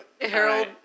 Harold